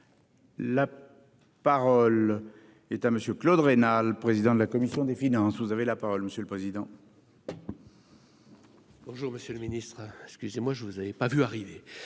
La parole est à monsieur Claude Raynal, président de la commission des finances, vous avez la parole monsieur le président. Bonjour, monsieur le Ministre excusez-moi je vous avez pas vu arriver